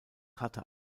hatte